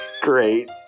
Great